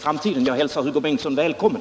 Jag hälsar Hugo Bengtsson välkommen.